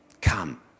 Come